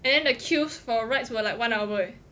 and then the queues for rides were like one hour eh